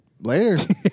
Later